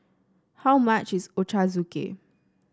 how much is Ochazuke